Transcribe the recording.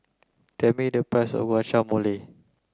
tell me the price of Guacamole